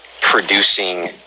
producing